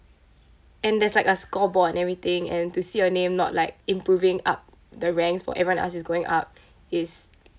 and there's like a scoreboard and everything and to see your name not like improving up the ranks while everyone else is going up is